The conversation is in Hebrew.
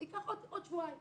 ייקח עוד שבועיים.